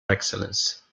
excellence